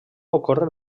ocórrer